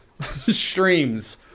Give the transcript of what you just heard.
streams